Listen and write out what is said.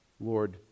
Lord